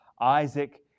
Isaac